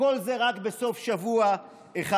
וכל זה רק בסוף שבוע אחד,